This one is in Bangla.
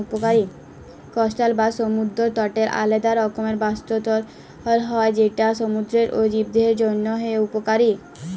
কস্টাল বা সমুদ্দর তটের আলেদা রকমের বাস্তুতলত্র হ্যয় যেট সমুদ্দুরের জীবদের জ্যনহে উপকারী